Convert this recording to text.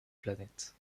planètes